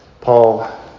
Paul